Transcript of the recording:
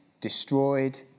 destroyed